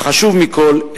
וחשוב מכול,